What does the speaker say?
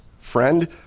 friend